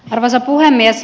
arvoisa puhemies